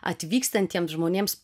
atvykstantiems žmonėms